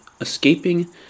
escaping